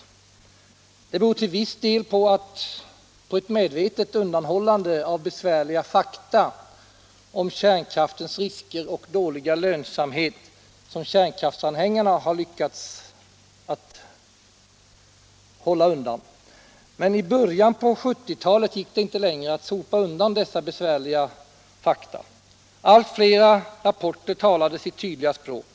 Detta beror till viss del på ett från kärnkraftsanhängarnas sida medvetet undanhållande av besvärliga fakta om kärnkraftens risker och dåliga lönsamhet. Men i början av 1970-talet gick det inte längre att sopa undan dessa besvärliga fakta. Allt fler rapporter talade sitt tydliga språk.